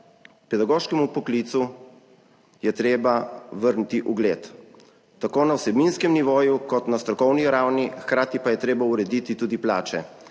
Pedagoškemu poklicu je treba vrniti ugled tako na vsebinskem nivoju kot na strokovni ravni, hkrati pa je treba urediti tudi plače,